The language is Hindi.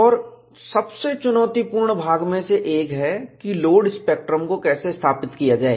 और सबसे चुनौतीपूर्ण भाग में से एक है कि लोड स्पेक्ट्रम को कैसे स्थापित किया जाए